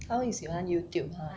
她会喜欢 Youtube ah